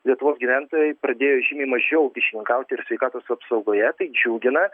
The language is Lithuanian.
lietuvos gyventojai pradėjo žymiai mažiau kyšininkauti ir sveikatos apsaugoje tai džiugina